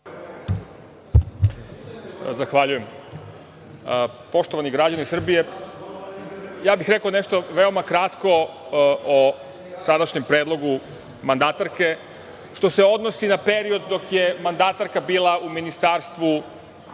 Zahvaljujem. Poštovani građani Srbije, rekao bih nešto veoma kratko o sadašnjem predlogu mandatarke, a što se odnosi na period dok je mandatarka bila u Ministarstvu